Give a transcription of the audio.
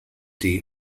day